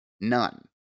None